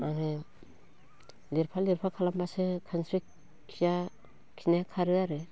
आरो लिरफा लिरफा खालामब्लासो खानस्रि खिया खिनाया खारो आरो